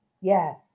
Yes